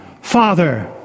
Father